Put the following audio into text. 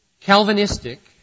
Calvinistic